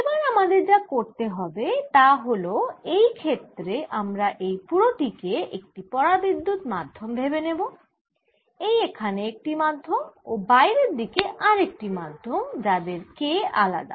এবার আমাদের যা করতে হবে তা হল এই ক্ষেত্রে আমরা এই পুরো টি কে একটি পরাবিদ্যুত মাধ্যম ভেবে নেব এই এখানে একটি মাধ্যম ও বাইরের দিকে আরেকটি মাধ্যম যাদের K আলাদা